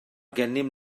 gennym